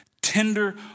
tender